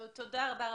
תודה.